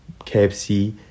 KFC